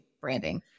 branding